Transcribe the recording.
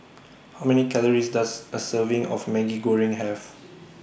How Many Calories Does A Serving of Maggi Goreng Have